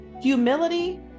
Humility